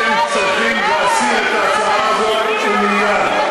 אתם צריכים להסיר את ההצעה הזאת, ומייד.